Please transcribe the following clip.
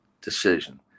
decision